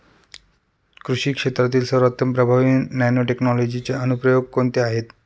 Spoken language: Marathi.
कृषी क्षेत्रातील सर्वात प्रभावी नॅनोटेक्नॉलॉजीचे अनुप्रयोग कोणते आहेत?